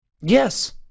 Yes